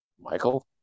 Michael